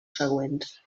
següents